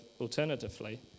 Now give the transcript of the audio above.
Alternatively